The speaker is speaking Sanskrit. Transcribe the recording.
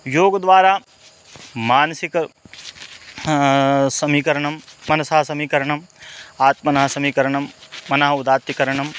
योग्द्वारा मानसिकं समीकरणं मनसः समीकरणम् आत्मनः समीकरणं मनसः उदात्तीकरणं